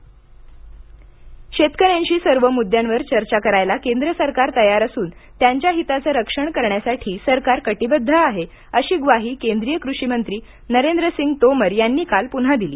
शतकिरी चर्चा शेतकऱ्यांशी सर्व मुद्द्यांवर चर्चा करायला केंद्र सरकार तयार असून त्यांच्या हिताचं रक्षण करण्यासाठी सरकार कटिबद्व आहे अशी ग्वाही केंद्रीय कृषिमंत्री नरेंद्र सिंग तोमर यांनी काल पुन्हा दिली